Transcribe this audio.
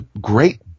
great